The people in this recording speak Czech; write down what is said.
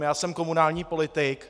Já jsem komunální politik.